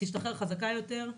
תשתחרר חזקה יותר,